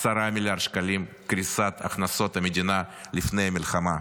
10 מיליארד שקלים קריסת הכנסות המדינה לפני המלחמה,